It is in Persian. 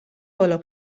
بالا